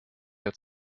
der